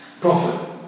profit